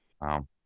Wow